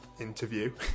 interview